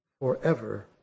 forever